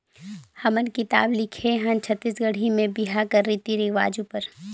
हमन किताब लिखे हन छत्तीसगढ़ी में बिहा कर रीति रिवाज उपर